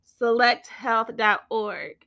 selecthealth.org